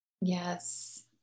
yes